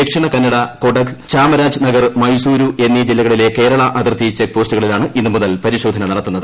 ദക്ഷിണ കന്നഡ കൊടക് ചാമരാജ് നഗർ മൈസൂരു എന്നീ ജില്ലകളിലെ കേരളാ അതിർത്തി ചെക്പോസ്റ്റുകളിലാണ് ഇന്ന് മുതൽ പരിശോധന നടത്തുന്നത്